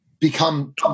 become